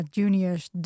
juniors